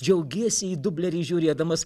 džiaugiesi į dublerį žiūrėdamas